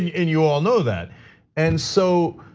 yeah and you all know that and so